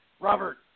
Robert